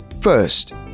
First